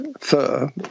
fur